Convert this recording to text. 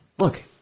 Look